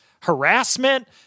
harassment